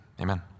Amen